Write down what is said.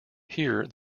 here